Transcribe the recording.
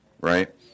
right